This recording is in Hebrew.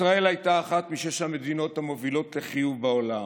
ישראל הייתה אחת משש המדינות המובילות לחיוב בעולם,